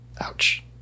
Ouch